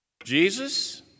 Jesus